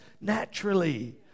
naturally